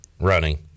Running